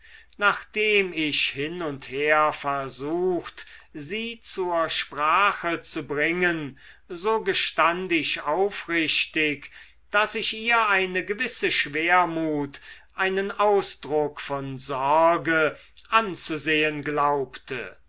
nachdem ich hin und her versucht sie zur sprache zu bringen so gestand ich aufrichtig daß ich ihr eine gewisse schwermut einen ausdruck von sorge anzusehen glaubte